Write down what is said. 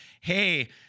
hey –